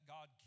God